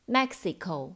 Mexico